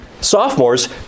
Sophomores